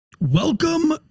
Welcome